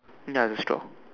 ya the straw